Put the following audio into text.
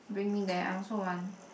bring me there I also want